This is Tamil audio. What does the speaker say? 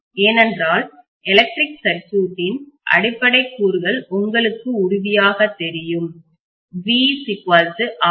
ஏனென்றால் எலக்ட்ரிக் சர்க்யூட் ன் அடிப்படை கூறுகள் உங்களுக்கு உறுதியாகத் தெரியும் vRi